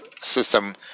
system